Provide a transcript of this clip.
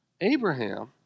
Abraham